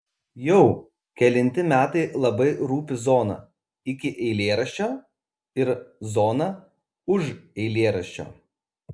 jau kelinti metai labai rūpi zona iki eilėraščio ir zona už eilėraščio